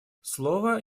слово